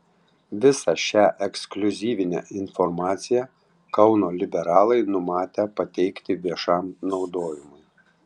visą šią ekskliuzyvinę informaciją kauno liberalai numatę pateikti viešam naudojimui